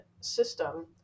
system